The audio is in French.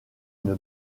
une